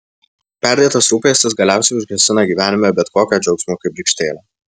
perdėtas rūpestis galiausiai užgesina gyvenime bet kokią džiaugsmo kibirkštėlę